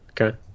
Okay